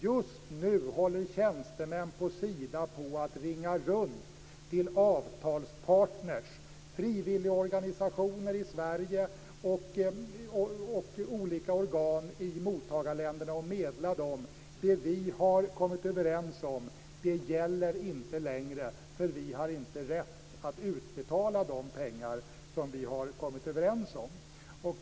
Just nu håller tjänstemän vid Sida på att ringa runt till avtalspartner, frivilligorganisationer i Sverige och olika organ i mottagarländerna för att meddela dem att det vi har kommit överens om inte längre gäller, för vi har inte rätt att utbetala de pengar som vi har kommit överens om.